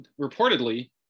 reportedly